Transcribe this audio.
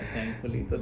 Thankfully